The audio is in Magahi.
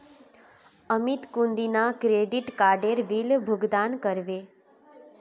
अमित कुंदिना क्रेडिट काडेर बिल भुगतान करबे